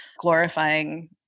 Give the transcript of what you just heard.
glorifying